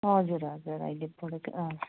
हजुर हजुर अहिले बढेको छ